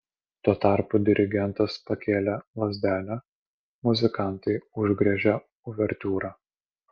tuo tarpu dirigentas pakėlė lazdelę muzikantai užgriežė uvertiūrą